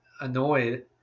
annoyed